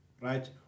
Right